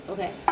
Okay